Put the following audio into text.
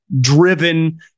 driven